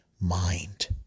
mind